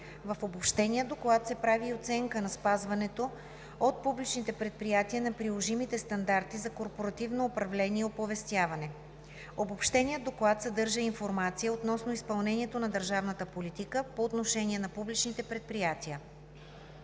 В обобщения доклад се прави и оценка на спазването от публичните предприятия на приложимите стандарти за корпоративно управление и оповестяване. Обобщеният доклад съдържа и информация относно изпълнението на държавната политика по отношение на публичните предприятия.“